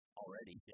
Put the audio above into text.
already